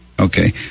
Okay